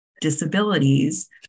disabilities